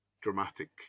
dramatic